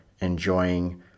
enjoying